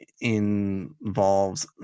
involves